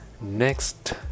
next